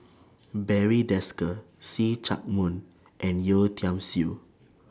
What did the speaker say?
Barry Desker See Chak Mun and Yeo Tiam Siew